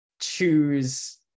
choose